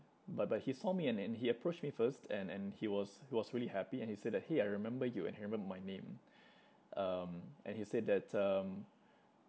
but but he saw me and and he approached me first and and he was he was really happy and he said that !hey! I remember you and he remember my name um and he said that um